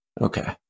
Okay